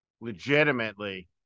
legitimately